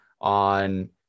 on